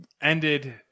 Ended